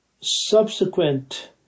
subsequent